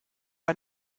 bei